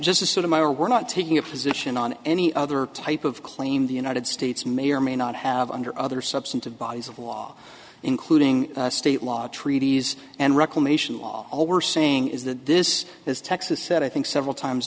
just a sort of my we're not taking a position on any other type of claim the united states may or may not have under other substantive bodies of law including state law treaties and reclamation law all we're saying is that this is texas said i think several times